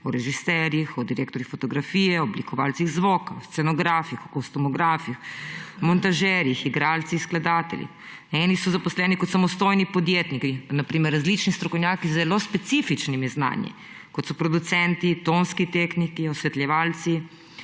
o režiserjih, o direktorjih fotografije, oblikovalcih zvoka, scenografih, kostumografih, montažerjih, igralcih, skladateljih, eni so zaposleni kot samostojni podjetniki, na primer, različni strokovnjaki z zelo specifičnimi znanji, kot so producenti, tonski tehniki, osvetljevalci,